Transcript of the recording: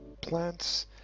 plants